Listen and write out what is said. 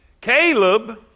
Caleb